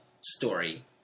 story